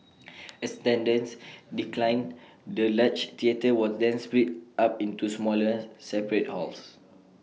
as attendance declined the large theatre was then split up into smaller separate halls